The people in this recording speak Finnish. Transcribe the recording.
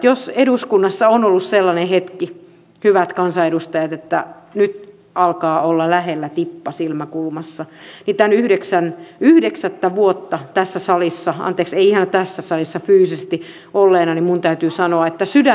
jos eduskunnassa on ollut sellainen hetki hyvät kansanedustajat että alkaa olla lähellä tippa silmäkulmassa niin yhdeksättä vuotta tässä salissa anteeksi ei ihan tässä salissa fyysisesti olleena minun täytyy sanoa että nyt sydäntä riistää